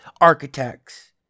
architects